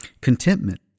contentment